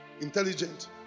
intelligent